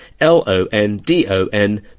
l-o-n-d-o-n